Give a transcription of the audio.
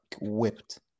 whipped